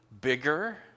bigger